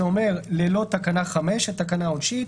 זה אומר ללא תקנה 5, התקנה העונשית,